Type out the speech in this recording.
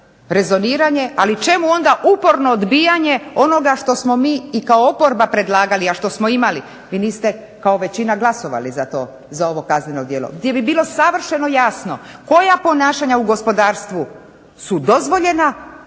rezoniranje, ali čemu uporno odbijanje onoga što smo mi i kao oporba predlagali, a što smo imali, vi niste kao većina glasovali za to za ovo kazneno djelo, gdje bi bilo savršeno jasno koja ponašanja u gospodarstvu su dozvoljena,